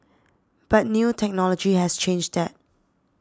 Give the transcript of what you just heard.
but new technology has changed that